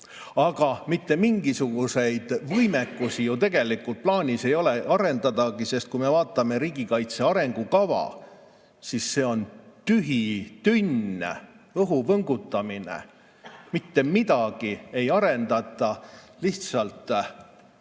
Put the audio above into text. Aga mitte mingisuguseid võimekusi ju tegelikult plaanis ei ole arendada, sest kui me vaatame riigikaitse arengukava, siis see on tühi tünn, õhu võngutamine. Mitte midagi ei arendata. Lihtsalt